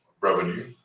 revenue